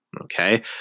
okay